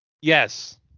Yes